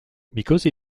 because